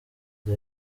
the